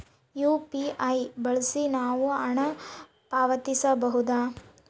UPI ಬಳಸಿ ನಾವು ಹಣ ಪಾವತಿಸಬಹುದಾ?